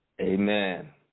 Amen